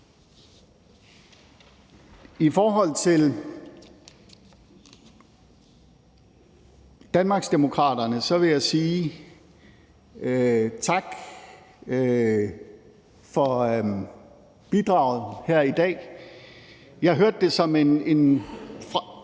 I forhold til Danmarksdemokraterne vil jeg sige tak for bidraget her i dag; jeg hørte det som en